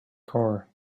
car